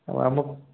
ଆଉ ଆମକୁ